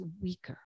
weaker